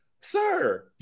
sir